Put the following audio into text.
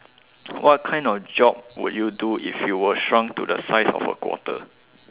what kind of job would you do if you were shrunk to the size of a quarter